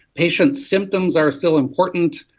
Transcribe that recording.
patients' symptoms are still important,